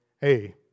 Hey